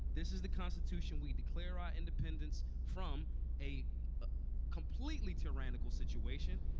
this is the constitution. we declare our independence from a completely tyrannical situation,